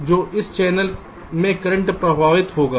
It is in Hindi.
तो इस चैनल में करंट प्रवाहित होगा